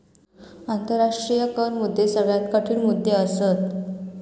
आंतराष्ट्रीय कर मुद्दे सगळ्यात कठीण मुद्दे असत